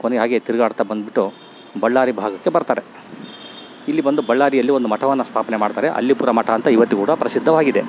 ಕೊನೆ ಹಾಗೆ ತಿರುಗಾಡ್ತ ಬಂದ್ಬಿಟ್ಟು ಬಳ್ಳಾರಿ ಭಾಗಕ್ಕೆ ಬರ್ತಾರೆ ಇಲ್ಲಿ ಬಂದು ಬಳ್ಳಾರಿಯಲ್ಲಿ ಒಂದು ಮಠವನ್ನ ಸ್ಥಾಪ್ನೆ ಮಾಡ್ತಾರೆ ಅಲ್ಲಿಪುರ ಮಠ ಅಂತ ಇವತ್ತಿಗೆ ಕೂಡ ಪ್ರಸಿದ್ಧವಾಗಿದೆ